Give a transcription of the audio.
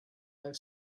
live